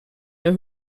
mehr